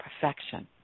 perfection